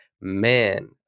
man